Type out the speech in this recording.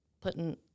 putting